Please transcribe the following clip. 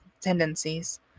tendencies